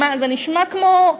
זה נשמע כמו,